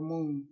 Moon